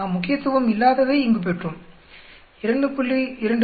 நாம் முக்கியத்துவம் இல்லாததை இங்கு பெற்றோம் 2